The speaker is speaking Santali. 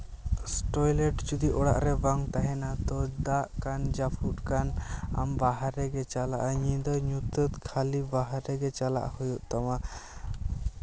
ᱴᱚᱭᱞᱮᱹᱴ ᱡᱩᱫᱚ ᱚᱲᱟᱜ ᱨᱮ ᱵᱟᱝ ᱛᱟᱦᱮᱸᱱᱟ ᱛᱳ ᱫᱟᱜ ᱠᱟᱱ ᱡᱟᱹᱯᱩᱫ ᱠᱟᱱ ᱟᱢ ᱵᱟᱦᱨᱮ ᱜᱮ ᱪᱟᱞᱟᱜ ᱟᱢ ᱧᱤᱫᱟᱹ ᱧᱩᱛᱟᱹᱛ ᱠᱷᱟᱹᱞᱤ ᱵᱟᱦᱨᱮᱜᱮ ᱪᱟᱞᱟᱜ ᱦᱩᱭᱩᱜ ᱛᱟᱢᱟ